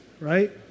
right